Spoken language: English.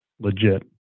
legit